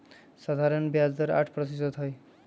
सधारण ब्याज के दर आठ परतिशत हई